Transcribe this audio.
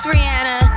Rihanna